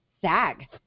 SAG